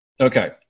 Okay